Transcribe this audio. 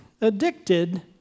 Addicted